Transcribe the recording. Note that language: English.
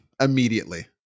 immediately